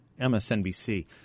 msnbc